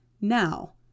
now